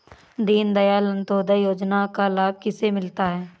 दीनदयाल अंत्योदय योजना का लाभ किसे मिलता है?